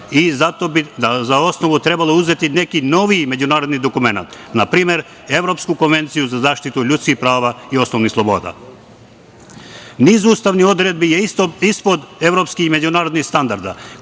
i zato bi za osnovu trebalo uzeti neki noviji međunarodni dokument. Na primer, Evropsku konvenciju za zaštitu ljudskih prava i osnovnih sloboda. Niz ustavnih odredbi je ispod evropskih međunarodnih standarda